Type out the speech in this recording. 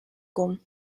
kommen